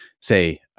say